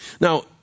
Now